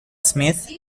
smith